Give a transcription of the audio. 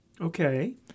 Okay